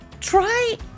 try